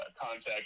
contact